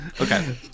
Okay